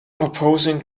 opposing